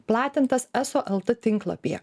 platintas eso lt tinklapyje